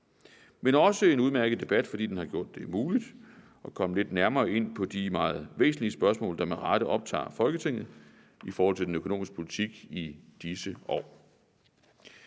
været en udmærket debat, fordi den har gjort det muligt at komme lidt nærmere ind på de meget væsentlige spørgsmål, der med rette optager Folketinget i forhold til den økonomiske politik i disse år.